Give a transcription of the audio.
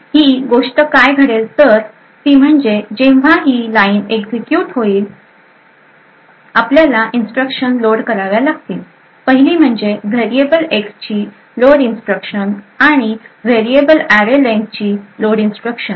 ही गोष्ट काय घडलं तर ती म्हणजे जेव्हा ही लाईन एक्झिक्युट होईल आपल्याला इन्स्ट्रक्शन लोड कराव्या लागतील पहिली म्हणजे व्हेरिएबल X ची लोड इन्स्ट्रक्शन आणि व्हेरिएबल array len ची लोड इन्स्ट्रक्शन